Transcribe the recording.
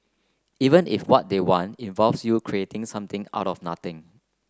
even if what they want involves you creating something out of nothing